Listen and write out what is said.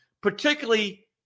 particularly